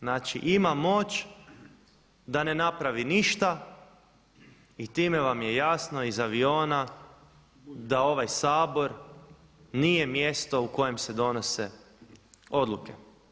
Znači ima moć da ne napravi ništa i time vam je jasno iz aviona da ovaj Sabor nije mjesto u kojem se donose odluke.